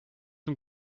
zum